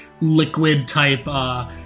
liquid-type